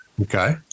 Okay